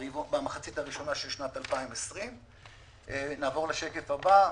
במחצית הראשונה של שנת 2020. נעבור לשקף הבא.